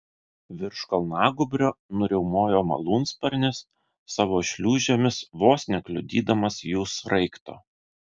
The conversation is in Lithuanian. virš kalnagūbrio nuriaumojo malūnsparnis savo šliūžėmis vos nekliudydamas jų sraigto